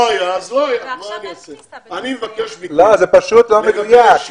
זה פשוט לא מדויק.